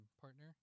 partner